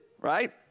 right